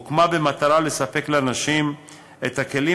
היא הוקמה במטרה לספק לנשים את הכלים